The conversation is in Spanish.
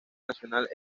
nacional